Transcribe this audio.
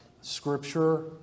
scripture